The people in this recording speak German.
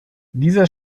dieser